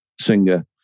singer